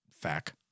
fact